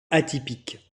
atypique